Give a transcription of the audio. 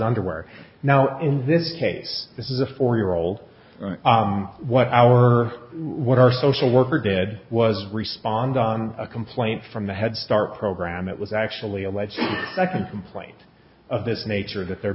underwear now in this case this is a four year old what our what our social worker did was respond on a complaint from the head start program it was actually alleged that complaint of this nature that there